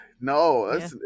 No